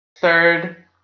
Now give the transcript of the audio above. Third